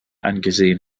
angesehen